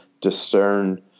discern